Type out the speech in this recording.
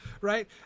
right